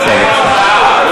באמת, נו.